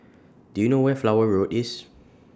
Do YOU know Where Flower Road IS